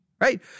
right